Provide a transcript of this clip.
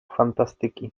fantastyki